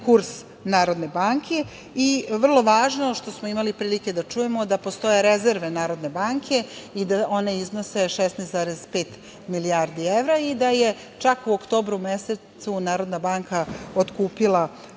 kurs Narodne banke. I, vrlo važno, što smo imali prilike da čujemo, da postoje rezerve Narodne banke i da one iznose 16,5 milijardi evra i da je čak u oktobru mesecu Narodna banka otkupila,